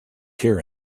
here